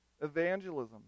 evangelism